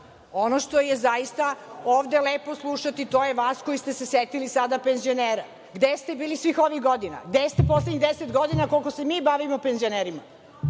Ono što je zaista ovde lepo slušati, to je vas koji ste se setili sada penzionera. Gde ste bili svih ovih godina? Gde ste poslednjih 10 godina, koliko se mi bavimo penzionerima?